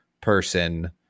person